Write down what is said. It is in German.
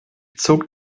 zog